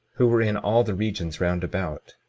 who were in all the regions round about,